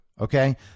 okay